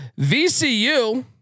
VCU